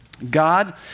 God